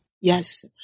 Yes